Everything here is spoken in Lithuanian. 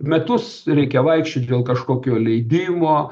metus reikia vaikščiot dėl kažkokio leidimo